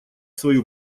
свою